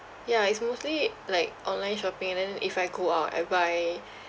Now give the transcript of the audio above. ya it's mostly like online shopping and then if I go out I buy